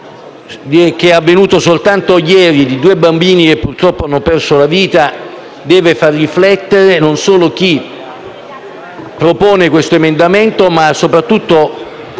avvenuto soltanto ieri di due bambini che purtroppo hanno perso la vita deve far riflettere non solo chi propone questo emendamento, ma soprattutto